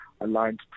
aligned